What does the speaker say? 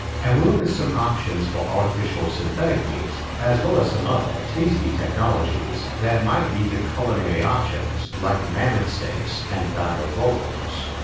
and we'll look at some options for artificial synthetic meat as well as some other tasty technologies that might lead to culinary options like mammoth steaks and dino-burgers.